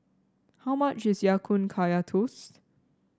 how much is Ya Kun Kaya Toast